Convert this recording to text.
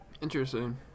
interesting